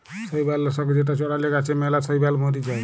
শৈবাল লাশক যেটা চ্ড়ালে গাছে ম্যালা শৈবাল ম্যরে যায়